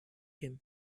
him